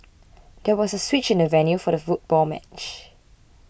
there was a switch in the venue for the football match